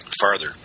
farther